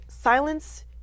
silence